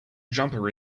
jumper